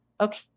okay